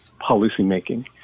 policymaking